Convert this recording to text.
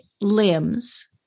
limbs